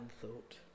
thought